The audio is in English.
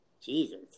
Jesus